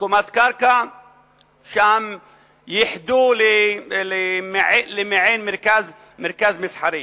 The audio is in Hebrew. את קומת קרקע שם ייחדו למעין מרכז מסחרי.